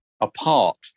apart